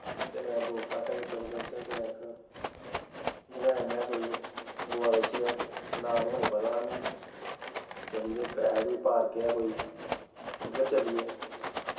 ते मेरा दोस्त आक्खा दा हा चलो चलचै कुतै इक जगह् जन्ने आं कोई गोवा बिच्च गै नांऽ नूं निं पता सानूं चली पे ऐ ही पार्क जेहा कोई उद्धर चली गे